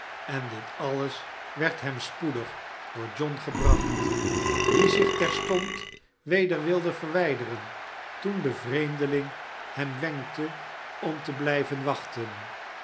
en dit alles werd hem spoedig door john gebracht die zich terstond weder wilde verwijderen toen de vreemdeling hem wenkte om te blijven wachten